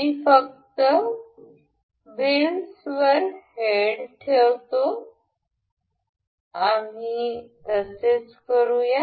मी फक्त व्हीलसवर हेड ठेवतो आम्ही तसेच करू या